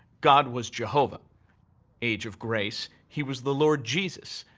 god was jehovah age of grace, he was the lord jesus.